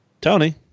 Tony